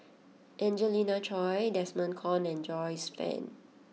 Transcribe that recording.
Angelina Choy Desmond Kon and Joyce Fan